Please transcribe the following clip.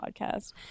podcast